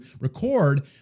record